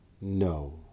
No